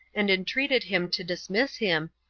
and entreated him to dismiss him,